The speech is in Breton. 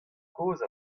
kozh